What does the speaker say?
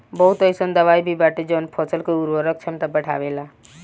बहुत अईसन दवाई भी बाटे जवन फसल के उर्वरक क्षमता बढ़ावेला